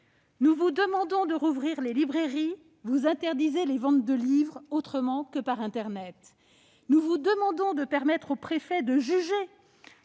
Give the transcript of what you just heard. Nous vous demandons de rouvrir les librairies et vous interdisez les ventes de livres autrement que par internet. Nous vous demandons de laisser les préfets juges